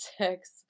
six